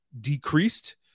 decreased